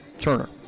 Turner